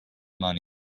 money